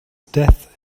death